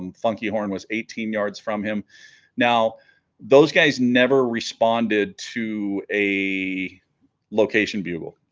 um funky horn was eighteen yards from him now those guys never responded to a location bugle